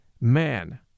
man